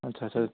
اچھا اچھا